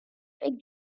fig